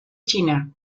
china